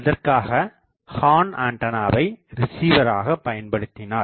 அதற்காக ஹார்ன்ஆண்டனாவை ரிசிவராக பயன்படுத்தினார்